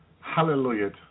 hallelujah